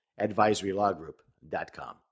advisorylawgroup.com